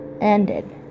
ended